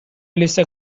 لیست